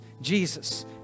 Jesus